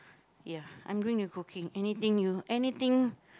ya I'm doing a cooking anything you anything